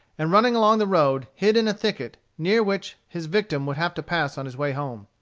and running along the road, hid in a thicket, near which his victim would have to pass on his way home.